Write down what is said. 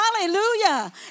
Hallelujah